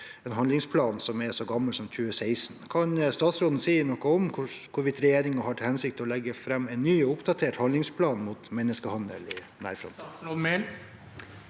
en handlingsplan som er så gammel – fra 2016. Kan statsråden si noe om hvorvidt regjeringen har til hensikt å legge fram en ny, oppdatert handlingsplan mot menneskehandel i nær framtid?